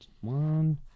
One